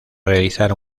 realizar